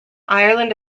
ireland